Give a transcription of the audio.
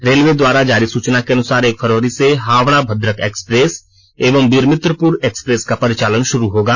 railway द्वारा जारी सूची के अनुसार एक फरवरी से हावड़ा भद्रक एक्सप्रेस एवं बीरमित्रपुर एक्सप्रेस का परिचालन शुरू होगा